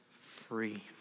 free